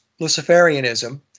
Luciferianism